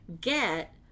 get